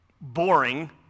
boring